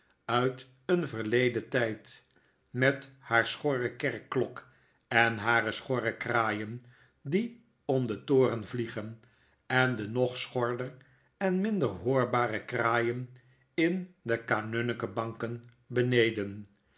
uit een verleden tyd met haar schorre kerkklok en hare schorre kraaien die om den toren vliegen en de nog schorder en minder hoorbare kraaien in de kanunnikenbanken beneden